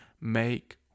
Make